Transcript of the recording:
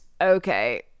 Okay